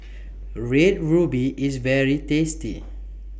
Red Ruby IS very tasty